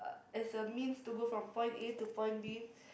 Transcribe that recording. as a means to go from point A to point B